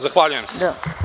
Zahvaljujem se.